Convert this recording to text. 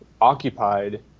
occupied